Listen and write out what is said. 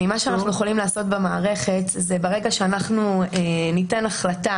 מה שאנחנו יכולים לעשות במערכת זה שברגע שאנחנו ניתן החלטה